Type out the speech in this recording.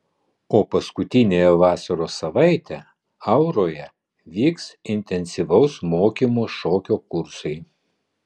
o paskutiniąją vasaros savaitę auroje vyks intensyvaus mokymo šokio kursai